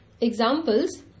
Examples